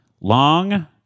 Long